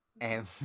And-